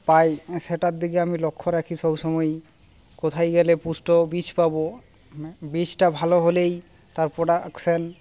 পাই সেটার দিকে আমি লক্ষ্য রাখি সবসময়ই কোথায় গেলে পুষ্ট বীজ পাবো বীজটা ভালো হলেই তার প্রডাকশান